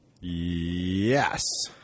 Yes